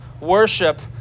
worship